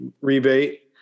rebate